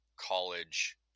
college